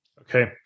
Okay